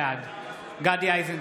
בעד גדי איזנקוט,